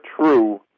true